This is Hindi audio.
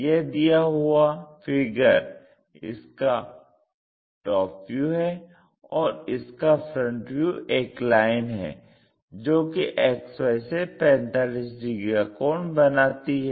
यह दिया हुआ फिगर इसका TV है और इसका FV एक लाइन है जोकि XY से 45 डिग्री का कोण बनाती है